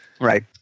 Right